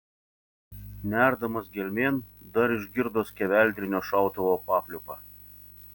nerdamas gelmėn dar išgirdo skeveldrinio šautuvo papliūpą